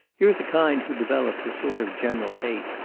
you're the kind who develops a sort of general hate,